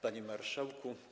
Panie Marszałku!